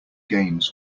games